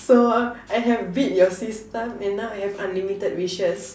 so I have beat your system and now I have unlimited wishes